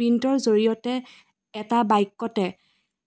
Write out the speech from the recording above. প্ৰিণ্টৰ জৰিয়তে এটা বাক্যতে